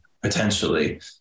potentially